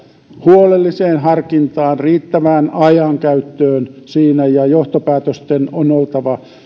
huolelliseen harkintaan ja riittävään ajankäyttöön siinä ja johtopäätösten on oltava